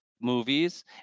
movies